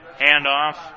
handoff